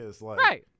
Right